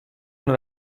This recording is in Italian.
non